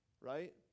Right